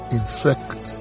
infect